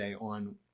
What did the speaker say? on